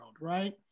right